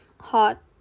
Hot